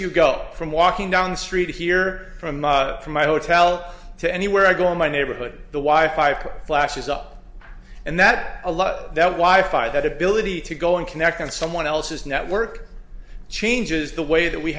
you go from walking down the street here from from my hotel to anywhere i go in my neighborhood the wife five flashes up and that a lot of that why fight that ability to go and connect on someone else's network changes the way that we